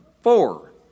Four